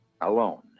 alone